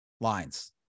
lines